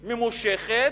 ממושכת,